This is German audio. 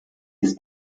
ist